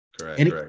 Correct